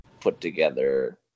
put-together